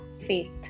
faith